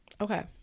Okay